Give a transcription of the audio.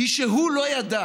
היא שהוא לא ידע